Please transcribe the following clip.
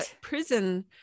prison